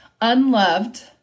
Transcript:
unloved